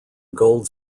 gold